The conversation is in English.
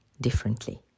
differently